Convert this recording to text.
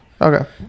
okay